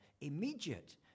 immediate